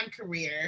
career